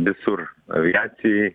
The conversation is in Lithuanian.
visur aviacijoj